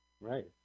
Right